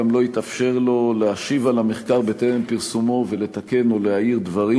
גם לא התאפשר לו להשיב על המחקר טרם פרסומו ולתקן או להעיר דברים,